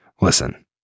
Listen